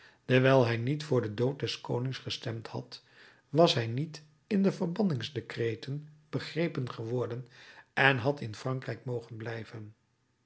dewijl hij niet voor den dood des konings gestemd had was hij niet in de verbanningsdecreten begrepen geworden en had in frankrijk mogen blijven